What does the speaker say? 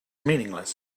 meaningless